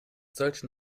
solchen